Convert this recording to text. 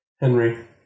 Henry